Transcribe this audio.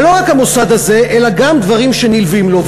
ולא רק המוסד הזה אלא גם דברים שנלווים לו.